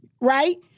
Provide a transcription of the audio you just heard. right